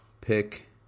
pick